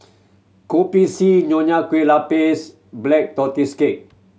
Kopi C Nonya Kueh Lapis Black Tortoise Cake